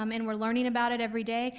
um and we're learning about it everyday.